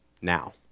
now